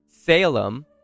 Salem